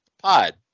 pod